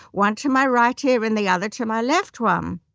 one to my right ear, and the other to my left one um